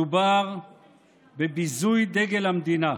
מדובר בביזוי דגל המדינה.